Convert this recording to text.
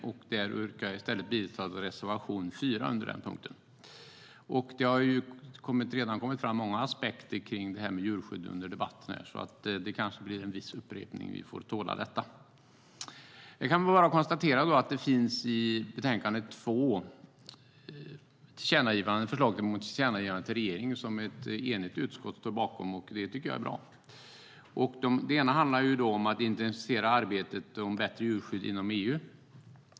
Där yrkar jag i stället bifall till reservation 4.Det ena handlar om att intensifiera arbetet med ett bättre djurskydd inom EU.